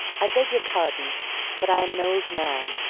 i beg your pardon but i am an old man,